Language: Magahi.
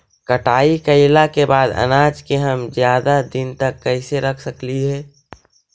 कटाई कैला के बाद अनाज के हम ज्यादा दिन तक कैसे रख सकली हे?